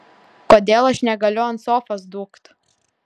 kodėl aš negaliu ant sofos dūkt